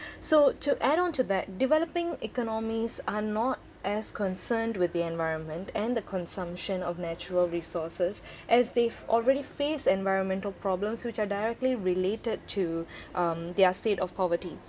so to add onto that developing economies are not as concerned with the environment and the consumption of natural resources as they've already face environmental problems which are directly related to um their state of poverty